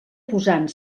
posant